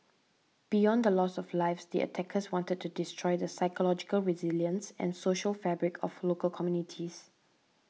beyond the loss of lives the attackers wanted to destroy the psychological resilience and social fabric of local communities